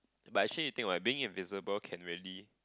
but she is think being invisible can already